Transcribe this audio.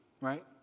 right